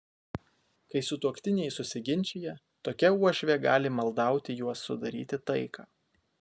kai sutuoktiniai susiginčija tokia uošvė gali maldauti juos sudaryti taiką